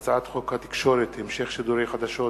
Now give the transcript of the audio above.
הצעת חוק התקשורת (המשך שידורי חדשות